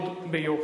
מאוד מאוד ביוקר.